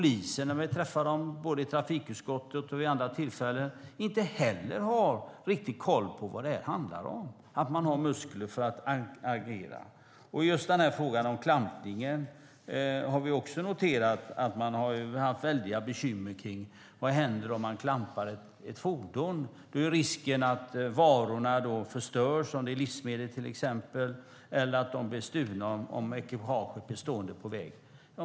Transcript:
När vi träffar polisen både i trafikutskottet och vid andra tillfällen tycker jag inte att de heller har någon riktig koll på vad detta handlar om - att man har muskler för att agera. I frågan om klampning har vi noterat att man har haft väldiga bekymmer för vad som händer om man klampar ett fordon. Risken är att varorna - om det till exempel är livsmedel - förstörs eller att de blir stulna om ekipaget blir stående på vägen.